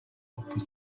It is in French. poussent